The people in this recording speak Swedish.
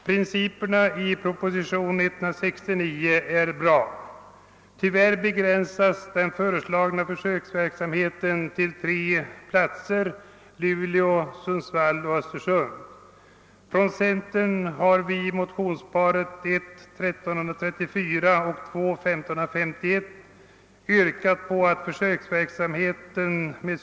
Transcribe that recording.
Principerna bakom «propositionen 169 är goda, men det är att beklaga att den = föreslagna försöksverksamheten begränsas till tre platser, nämligen Luleå, Sundsvall och Östersund. Vi har från centern i motionsparet I: 1334 och IL: 1551 yrkat på att försöksverksamhet med .